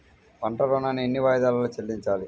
పంట ఋణాన్ని ఎన్ని వాయిదాలలో చెల్లించాలి?